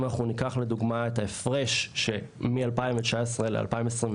אם אנחנו ניקח, לדוגמה, את ההפרש מ-2019 ל-2022: